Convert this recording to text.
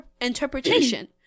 Interpretation